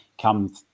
come